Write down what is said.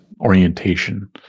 orientation